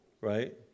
right